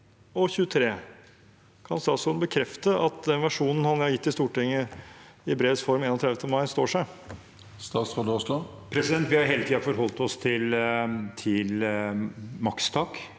kr. Kan statsråden bekrefte at den versjonen han har gitt til Stortinget i brevs form 31. mai, står seg? Statsråd Terje Aasland Vi har hele tiden forholdt oss til makstak